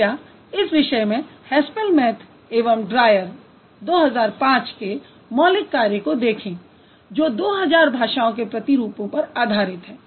कृपया इस विषय में हैसपैलमैथ एवं ड्रायर के मौलिक कार्य को देखें जो 2000 भाषाओं के प्रतिरूपों पर आधारित है